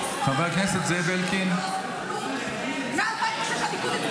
הצעת חוק הקפאת כספים ששילמה הרשות הפלסטינית